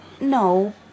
No